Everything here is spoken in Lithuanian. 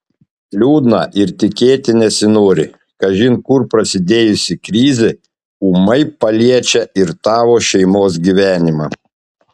liūdna ir tikėti nesinori kažin kur prasidėjusi krizė ūmai paliečia ir tavo šeimos gyvenimą